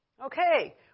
Okay